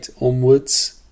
onwards